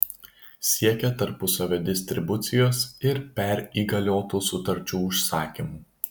siekia tarpusavio distribucijos ir perįgaliotų sutarčių užsakymų